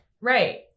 Right